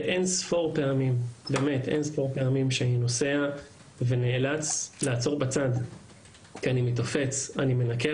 אין ספור פעמים שאני נוסע ונאלץ לעצור בצד כי אני מתעפץ אני מנקר